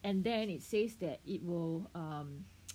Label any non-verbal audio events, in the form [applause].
and then it says that it will um [noise]